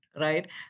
right